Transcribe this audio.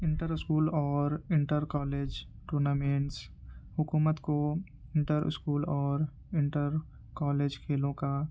inter school اور inter college tournaments حکومت کو انٹر اسکول اور انٹر کالج کھیلوں کا